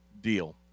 deal